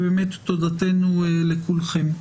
ובאמת, תודתנו לכולכם.